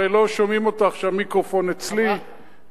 הרי לא שומעים אותך כשהמיקרופון אצלי,